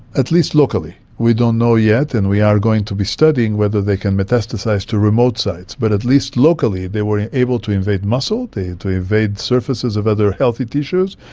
at least locally. we don't know yet and we are going to be studying whether they can metastasise to remote sites, but at least locally they were able to invade muscle, to invade surfaces of other healthy tissues,